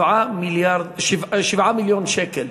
היה 7 מיליון שקל.